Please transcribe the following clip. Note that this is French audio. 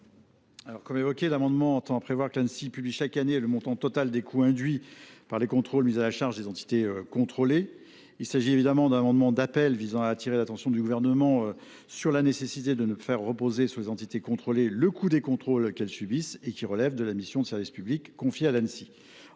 spéciale ? Cet amendement tend à prévoir que l’Anssi publie chaque année le montant total des coûts induits par les contrôles mis à la charge des entités contrôlées. Il s’agit évidemment d’un amendement d’appel visant à attirer l’attention du Gouvernement sur la nécessité de ne pas faire reposer sur les entités contrôlées le coût des contrôles qu’elles subissent et qui relèvent de la mission de service public confiée à l’Anssi.